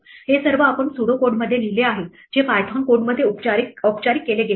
हे सर्व आपण स्यूडो कोडमध्ये लिहिले आहे जे पायथन कोडमध्ये औपचारिक केले गेले आहे